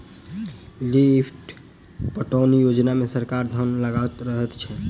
lift पटौनी योजना मे सरकारक धन लागल रहैत छै